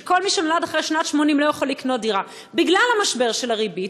שכל מי שנולד אחרי שנת 1980 לא יכול לקנות דירה בגלל המשבר של הריבית,